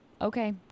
okay